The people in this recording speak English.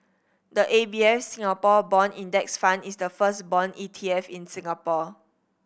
the A B F Singapore Bond Index Fund is the first bond E T F in Singapore